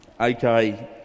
Okay